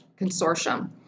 Consortium